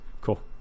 Cool